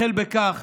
החל בכך